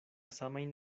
samajn